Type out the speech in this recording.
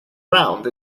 round